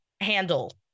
handle